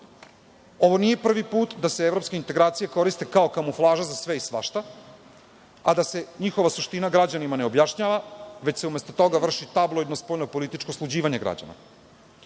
nije prvi put da se evropske integracije koriste kao kamuflaža za sve i svašta, a da se njihova suština građanima ne objašnjava, već se umesto toga vrši tabloidno spoljnopolitičko sluđivanje građana. Nadalje,